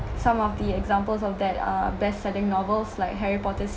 some of the examples of that are best selling novels like harry potter